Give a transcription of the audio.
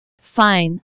Fine